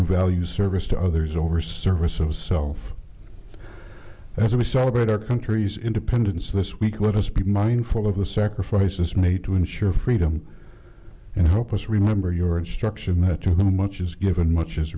values service to others over services so that we celebrate our country's independence this week let us be mindful of the sacrifices made to ensure freedom and help us remember your instruction that much is given much is